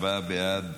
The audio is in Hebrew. ארבעה בעד,